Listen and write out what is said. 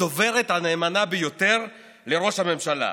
הדוברת הנאמנה ביותר לראש הממשלה,